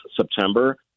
September